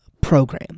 program